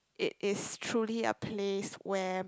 it is truly a place where